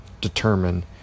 determine